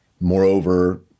Moreover